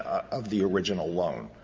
of the original loan.